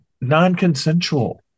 non-consensual